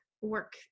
work